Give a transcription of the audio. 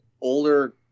older